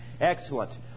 Excellent